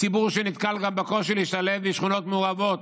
ציבור שנתקל גם בקושי להשתלב בשכונות מעורבות.